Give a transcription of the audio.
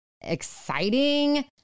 exciting